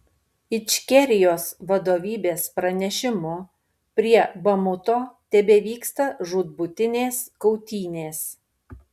ičkerijos vadovybės pranešimu prie bamuto tebevyksta žūtbūtinės kautynės